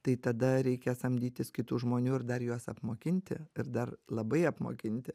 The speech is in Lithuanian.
tai tada reikia samdytis kitų žmonių ir dar juos apmokinti ir dar labai apmokinti